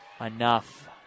enough